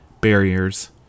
barriers